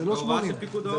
זה יותר מ-80